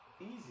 easy